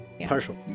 Partial